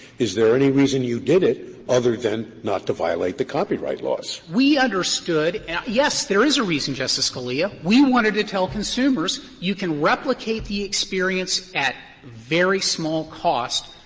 is there any reason you did it other than not to violate the copyright laws? frederick we understood yes, there is a reason, justice scalia. we wanted to tell consumers, you can replicate the experience at very small cost.